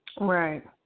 Right